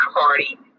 party